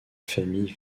famille